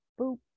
boop